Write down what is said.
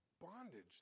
bondage